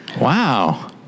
Wow